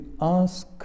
ask